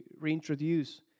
reintroduce